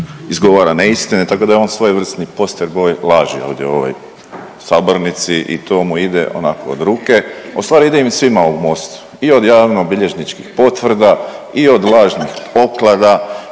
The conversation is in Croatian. izgovara neistine, tako da je on svojevrsni …/Govornik se ne razumije/… laži ovdje u ovoj sabornici i to mu ide onako od ruke, ustvari ide im svima u Mostu i od javnobilježničkih potvrda i od lažnih oklada